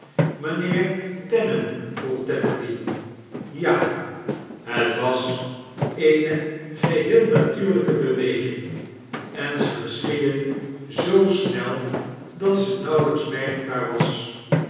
mijnheer den vroeg tetterby heir was eene geheel natuurlijke be-weging en ze geschiedde zoo snel dat ze nauwelijks merkbaar was